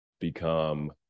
become